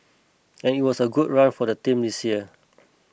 and it was a good run for the team this year